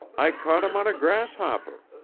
i caught him on a grasshopper.